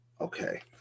Okay